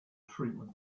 treatment